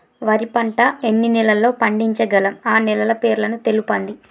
వరి పంట ఎన్ని నెలల్లో పండించగలం ఆ నెలల పేర్లను తెలుపండి?